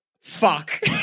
Fuck